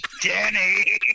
Danny